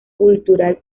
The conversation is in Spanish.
cultural